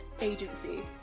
agency